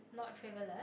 not traveller